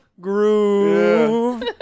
groove